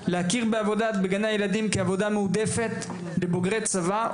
להכיר בעבודה בגני הילדים כעבודה מועדפת לבוגרי צבא,